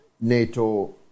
NATO